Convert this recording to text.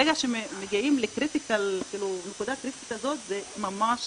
ברגע שמגיעים לנקודה קריטית כזאת זה ממש